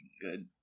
Good